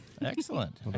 Excellent